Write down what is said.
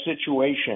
situation